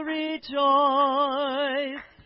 rejoice